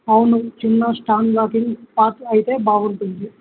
అవును చిన్న స్టాండ్లాకింగ్ పాత్ర అయితే బాగుంటుంది